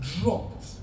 dropped